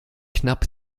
knapp